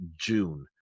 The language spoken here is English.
June